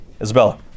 Isabella